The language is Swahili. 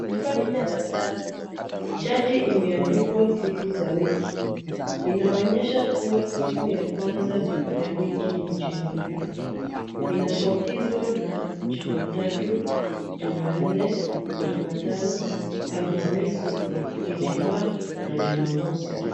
Hapa ni darasani. Chati imeandikwa siku za wiki. Inaonyesha kuwa siku ya kwanza ya wiki ni Jumapili. Inafuatizwa na Jumatatu, j Jumanne, Jumatano, Alhamisi, Ijumaa na Jumamosi.